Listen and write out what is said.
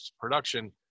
production